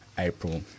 April